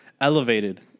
elevated